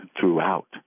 throughout